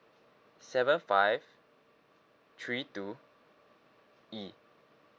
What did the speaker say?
seven five three two E